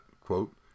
quote